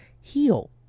heal